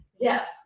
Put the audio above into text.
Yes